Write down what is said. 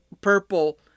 purple